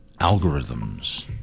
algorithms